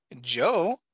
Joe